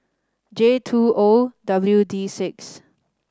J two O W D six